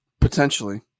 Potentially